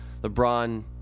LeBron